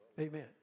Amen